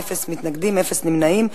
אפס מתנגדים ואפס נמנעים.